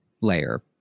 layer